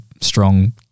strong